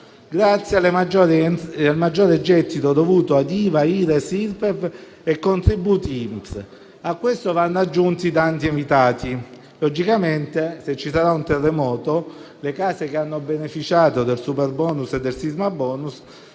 grazie al maggiore gettito dovuto ad IVA, Ires, Irpef e ai contributi INPS. A questo vanno aggiunti i danni evitati: logicamente, se ci sarà un terremoto, le case che hanno beneficiato del superbonus e del sismabonus